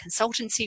consultancy